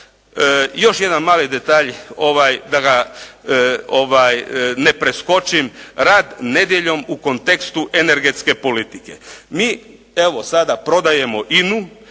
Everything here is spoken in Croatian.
još jedan mali detalj da ga ne preskočim. Rad nedjeljom u kontekstu energetske politike. Mi evo sada prodajemo INA-u